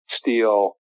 steel